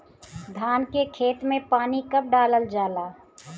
धान के खेत मे पानी कब डालल जा ला?